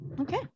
okay